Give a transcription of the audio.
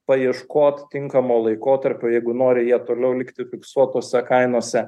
paieškot tinkamo laikotarpio jeigu nori jie toliau likti fiksuotose kainose